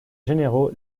généraux